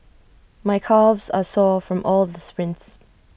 my calves are sore from all the sprints